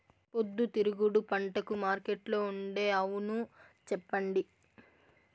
పొద్దుతిరుగుడు పంటకు మార్కెట్లో ఉండే అవును చెప్పండి?